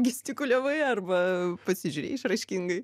gestikuliavai arba pasižiūrėjai išraiškingai